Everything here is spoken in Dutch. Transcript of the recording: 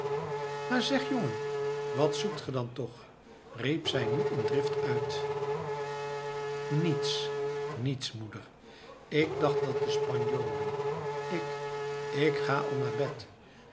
maar zeg jongen wat zoekt ge dan toch riep zij nu in drift uit niets niets moeder ik dacht dat de spanjolen ik ik ga al naar bed